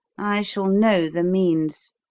i shall know the means.